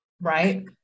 right